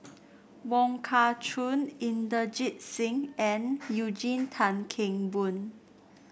Wong Kah Chun Inderjit Singh and Eugene Tan Kheng Boon